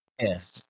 Yes